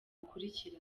bukurikira